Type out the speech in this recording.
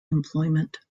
employment